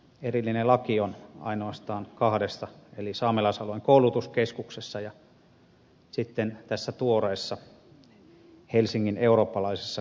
erillinen laki on ainoastaan kahdesta eli saamelaisalueen koulutuskeskuksesta ja sitten tästä tuoreesta helsingin eurooppalaisesta koulusta